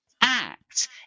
act